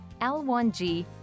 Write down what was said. L1G